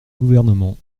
gouvernement